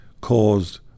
caused